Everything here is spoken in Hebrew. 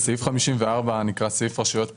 סעיף 54 נקרא סעיף רשויות פיקוח.